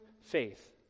faith